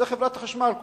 זה כולה חברת החשמל.